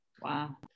wow